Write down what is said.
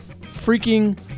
Freaking